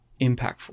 impactful